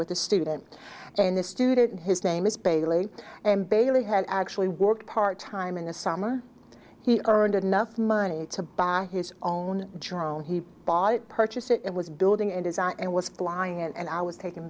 with the student and the student his name is bailey and bailey had actually worked part time in the summer he earned enough money to buy his own drone he purchased it was building and design and was flying and i was taken